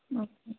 okay